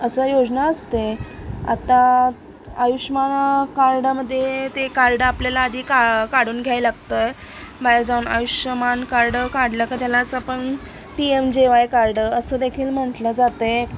अशी योजना असते आत्ता आयुष्यमान कार्डामध्ये ते कार्ड आपल्याला आधी का काढून घ्यायला लागत आहे बाहेर जाऊन आयुष्यमान कार्ड काढलं की त्यालाच आपण PMJAY P M J Y card असं देखील म्हटलं जाते